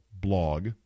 blog